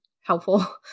helpful